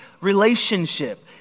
relationship